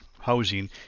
housing